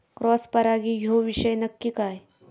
Cross परागी ह्यो विषय नक्की काय?